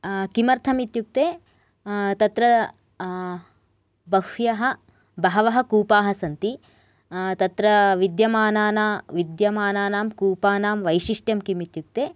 किमर्थम् इत्युक्ते तत्र बह्व्यः बहवः कूपाः सन्ति तत्र विद्यमानाना विद्यमानानां कूपानां वैशिष्ट्यं किम् इत्युक्ते